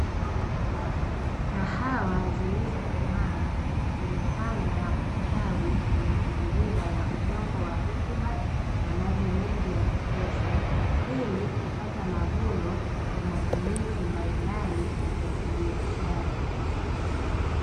Kahawa zilizokomaa zimepandwa na kusitawi kwenye mazingira ya udongo wa rutuba, na maji mengi ya kutosha, ili kupata mavuno, kwa matumizi mbalimbali ya kibiashara.